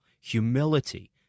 humility